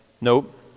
Nope